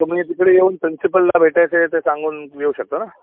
मी तिकडे येऊन प्रिन्सिपलला भेटायचं आहे ते सांगून येऊ शकतो ना